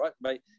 right